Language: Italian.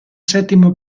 settimo